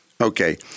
Okay